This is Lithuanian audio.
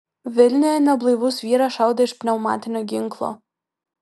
vilniuje neblaivus vyras šaudė iš pneumatinio ginklo